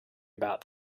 about